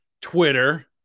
Twitter